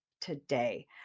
today